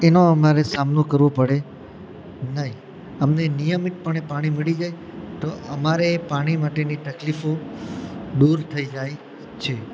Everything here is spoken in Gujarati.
એનો અમારે સામનો કરવો પડે નહીં અમને નિયમિત પણે પાણી મળી જાય તો અમારે પાણી માટેની તકલીફો દૂર થઈ જાય છે